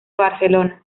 barcelona